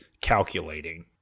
calculating